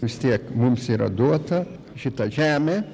vis tiek mums yra duota šitą žemę